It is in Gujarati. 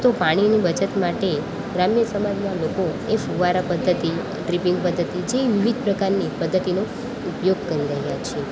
તો પાણીની બચત માટે ગ્રામ્ય સમાજના લોકોએ ફુવારા પદ્ધતિ ડ્રીપીંગ પદ્ધતિ જે યુનિક પ્રકારની પદ્ધતિનો ઉપયોગ કરી રહ્યાં છે